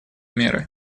меры